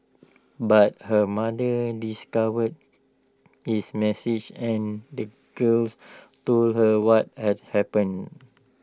but her mother discovered his message and the girls told her what had happened